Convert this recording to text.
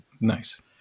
nice